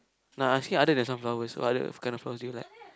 nah I asking other than sunflowers what other kind of flowers do you like